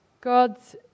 God's